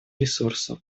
ресурсов